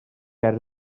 ger